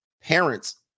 parents